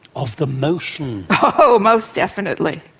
of the motion. oh, most definitely.